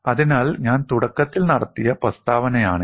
അതിനാൽ ഞാൻ തുടക്കത്തിൽ നടത്തിയ പ്രസ്താവനയാണിത്